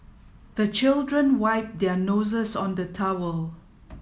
the children wipe their noses on the towel